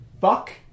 fuck